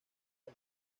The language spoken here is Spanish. del